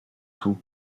tout